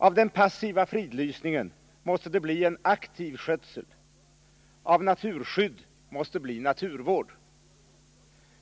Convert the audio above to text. Av den passiva fridlysningen måste bli aktiv skötsel, av naturskydd måste bli naturvård.